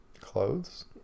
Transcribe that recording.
Clothes